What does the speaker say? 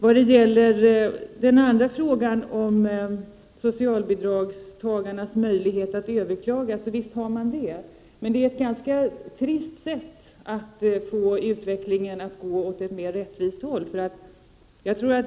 Visst har socialbidragstagarna möjligheter att överklaga, men det är ett ganska trist sätt att få utvecklingen att gå mot större rättvisa.